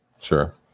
Sure